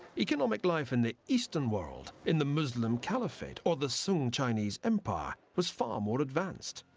economic life in the eastern world in the muslim caliphate or the sung chinese empire was far more advanced.